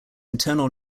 internal